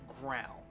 ground